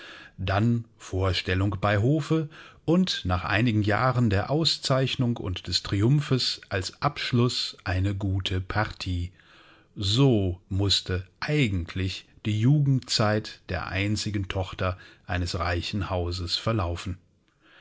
dann vorstellung bei hofe und nach einigen jahren der auszeichnung und des triumphes als abschluß eine gute partie so mußte eigentlich die jugendzeit der einzigen tochter eines reichen hauses verlaufen